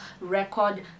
record